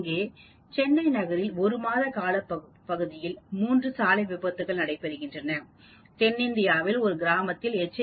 அங்கே சென்னை நகரில் ஒரு மாத காலப்பகுதியில் 3 சாலை விபத்துக்கள் நடைபெற்றன தென்னிந்தியாவில் குறிப்பிட்ட கிராமத்தில் எச்